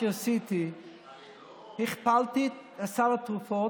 השר שעדיין מחפש את התיק של עצמו,